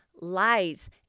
lies